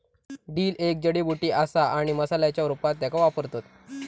dill एक जडीबुटी असा आणि मसाल्याच्या रूपात त्येका वापरतत